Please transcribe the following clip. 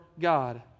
God